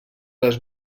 les